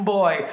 boy